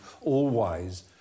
all-wise